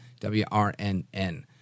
WRNN